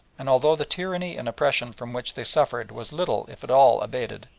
and although the tyranny and oppression from which they suffered was little if at all abated,